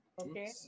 Okay